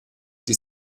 die